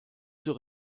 zur